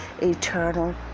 eternal